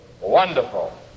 Wonderful